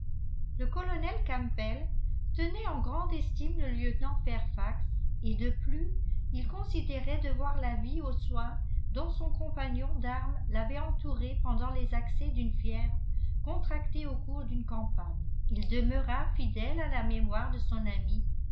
le colonel campbell tenait en grande estime le lieutenant fairfax et de plus il considérait devoir la vie aux soins dont son compagnon d'armes l'avait entouré pendant les accès d'une fièvre contractée au cours d'une campagne il demeura fidèle à la mémoire de son ami